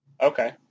Okay